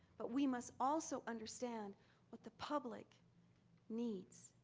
but we must also understand what the public needs.